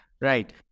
Right